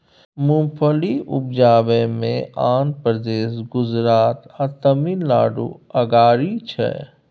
मूंगफली उपजाबइ मे आंध्र प्रदेश, गुजरात आ तमिलनाडु अगारी छै